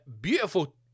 beautiful